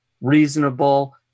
reasonable